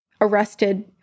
Arrested